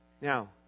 Now